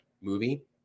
movie